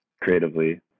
creatively